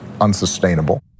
unsustainable